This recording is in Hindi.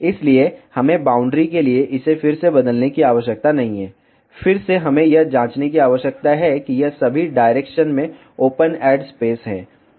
इसलिए हमें बाउंड्री के लिए इसे फिर से बदलने की आवश्यकता नहीं है फिर से हमें यह जांचने की आवश्यकता है कि यह सभी डायरेक्शन में ओपन एड स्पेस है